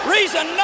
Reason